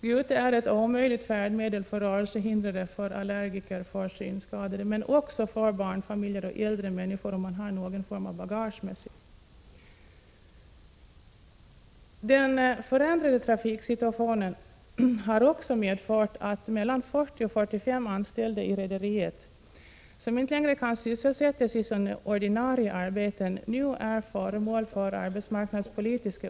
Gute är ett omöjligt färdmedel för rörelsehindrade, allergiker och synskadade, men också för barnfamiljer och äldre människor, om de har någon form av bagage med sig. Den förändrade trafiksituationen har också medfört att mellan 40 och 45 anställda i rederiet, som inte längre kan sysselsättas i sina ordinarie arbeten, nu är föremål för arbetsmarknadspolitiska åtgärder.